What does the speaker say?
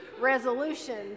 resolution